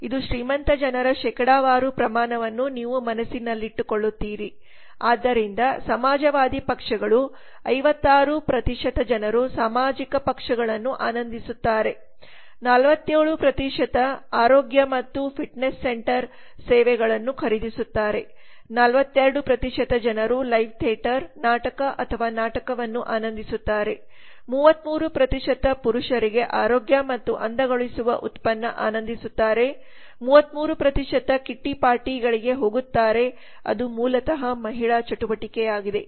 ಇದು ಶ್ರೀಮಂತ ಜನರ ಶೇಕಡಾವಾರು ಪ್ರಮಾಣವನ್ನು ನೀವು ಮನಸ್ಸಿನಲ್ಲಿಟ್ಟುಕೊಳ್ಳುತ್ತೀರಿ ಆದ್ದರಿಂದ ಸಮಾಜವಾದಿ ಪಕ್ಷಗಳು 56 ಜನರು ಸಾಮಾಜಿಕ ಪಕ್ಷಗಳನ್ನು ಆನಂದಿಸುತ್ತಾರೆ 47 ಆರೋಗ್ಯ ಮತ್ತು ಫಿಟ್ನೆಸ್ಸೆಂಟರ್ ಸೇವೆಗಳನ್ನುಖರೀದಿಸುತ್ತಾರೆ 42 ಜನರು ಲೈವ್ಥಿಯೇಟರ್ ನಾಟಕ ಅಥವಾ ನಾಟಕವನ್ನು ಆನಂದಿಸುತ್ತಾರೆ 33 ಪುರುಷರಿಗೆ ಆರೋಗ್ಯ ಮತ್ತು ಅಂದಗೊಳಿಸುವ ಉತ್ಪನ್ನ ಆನಂದಿಸುತ್ತಾರೆ 33 ಕಿಟ್ಟಿ ಪಾರ್ಟಿಗಳಿಗೆ ಹೋಗುತ್ತಾರೆ ಅದು ಮೂಲತಃಮಹಿಳಾಚಟುವಟಿಕೆಯಾಗಿದೆ